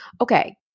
okay